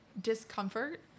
discomfort